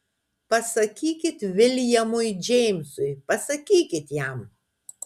pasakykit viljamui džeimsui pasakykit jam